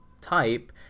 type